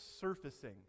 surfacing